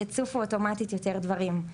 יצופו אוטומטית יותר דברים.